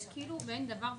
יש כאילו מעין דבר והיפוכו,